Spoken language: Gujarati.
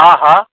હા હા